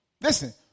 Listen